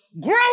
grow